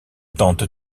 tente